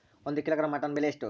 ಒಂದು kilogram mutton ಬೆಲೆ ಎಷ್ಟ್?